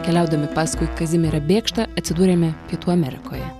keliaudami paskui kazimierą bėkštą atsidūrėme pietų amerikoje